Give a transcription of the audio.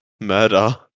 murder